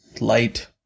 light